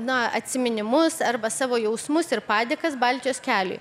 na atsiminimus arba savo jausmus ir padėkas baltijos keliui